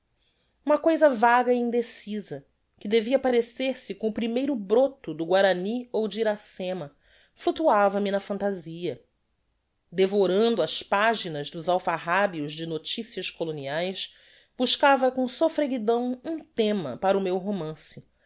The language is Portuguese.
uma coisa vaga e indecisa que devia parecer se com o primeiro broto do guarany ou de iracema fluctuava me na fantasia devorando as paginas dos alfarrabios de noticias coloniaes buscava com soffreguidão um thema para o meu romance